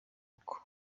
uko